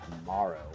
tomorrow